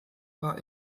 war